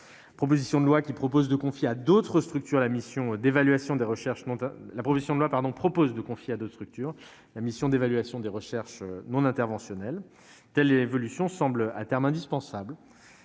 proposition de loi prévoit de confier à d'autres structures la mission d'évaluation des recherches non interventionnelles. Une telle évolution semble à terme indispensable